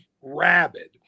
rabid